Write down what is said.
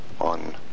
on